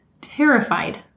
terrified